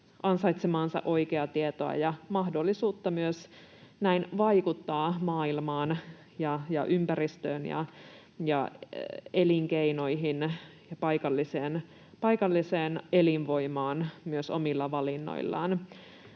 ansaitsemaansa oikeaa tietoa ja myös mahdollisuuden näin vaikuttaa maailmaan ja ympäristöön ja elinkeinoihin ja paikalliseen elinvoimaan myös omilla valinnoillaan.